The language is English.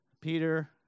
Peter